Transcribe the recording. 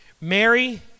Mary